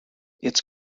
its